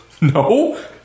No